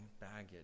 baggage